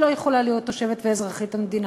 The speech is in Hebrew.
לא יכולה להיות תושבת או אזרחית המדינה.